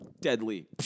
deadly